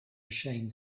ashamed